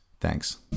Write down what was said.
thanks